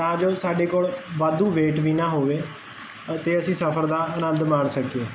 ਤਾਂ ਜੋ ਸਾਡੇ ਕੋਲ ਵਾਧੂ ਵੇਟ ਵੀ ਨਾ ਹੋਵੇ ਅਤੇ ਅਸੀਂ ਸਫਰ ਦਾ ਆਨੰਦ ਮਾਣ ਸਕੀਏ